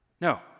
No